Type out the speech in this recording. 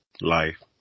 life